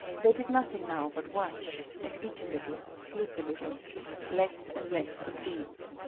they did nothing now but watch and eat a little, sleep a little less and less of these.